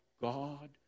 God